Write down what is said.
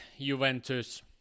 Juventus